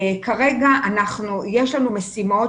כרגע יש לנו משימות,